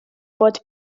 bod